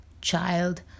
child